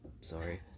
Sorry